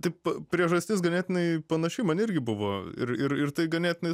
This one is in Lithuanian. taip priežastis ganėtinai panaši man irgi buvo ir ir ir tai ganėtinai